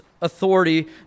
authority